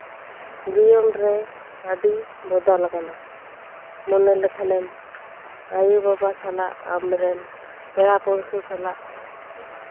ᱡᱤᱭᱚᱱ ᱨᱮ ᱟᱹᱰᱤ ᱵᱚᱫᱚᱞ ᱟᱠᱟᱱᱟ ᱢᱚᱱᱮ ᱞᱮᱠᱷᱟᱱᱮᱢ ᱟᱭᱩ ᱵᱟᱵᱟ ᱥᱟᱞᱟᱜ ᱟᱢ ᱨᱮᱱ ᱯᱮᱲᱟ ᱯᱟᱺᱲᱦᱟᱹ ᱥᱟᱞᱟᱜ